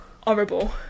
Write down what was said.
horrible